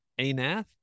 Anath